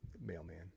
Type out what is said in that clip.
Mailman